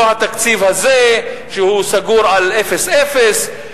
לא התקציב הזה שהוא סגור על אפס-אפס,